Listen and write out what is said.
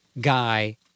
guy